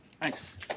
Thanks